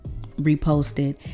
reposted